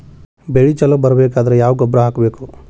ಬೆಳಿ ಛಲೋ ಬರಬೇಕಾದರ ಯಾವ ಗೊಬ್ಬರ ಹಾಕಬೇಕು?